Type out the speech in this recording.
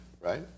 Right